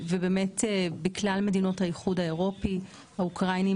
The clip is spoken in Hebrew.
בכלל מדינות האיחוד האירופי האוקראינים